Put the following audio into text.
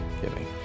giving